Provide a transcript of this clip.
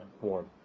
warm